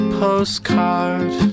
postcard